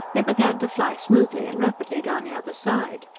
they began to fly smoothly and rapidly down the other side.